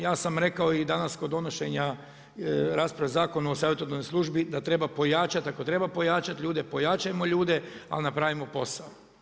Ja sam rekao i danas kod donošenja, rasprave Zakona o savjetodavnoj službi da treba pojačati, ako treba pojačati ljude pojačajmo ljude ali napravimo posao.